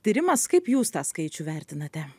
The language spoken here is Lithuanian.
tyrimas kaip jūs tą skaičių vertinate